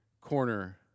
corner